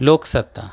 Loksatta